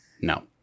no